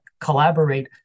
collaborate